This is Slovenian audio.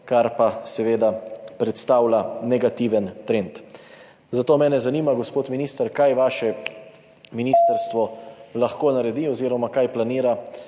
kar pa seveda predstavlja negativen trend. Zato mene zanima, gospod minister: Kaj vaše ministrstvo lahko naredi oziroma kaj načrtuje,